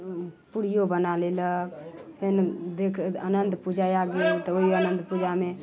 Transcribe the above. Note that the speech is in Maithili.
पूरियो बना लेलक फेन देख अनंत पूजा आ गेल तऽ ओहि अनंत पूजामे